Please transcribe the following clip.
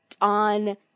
on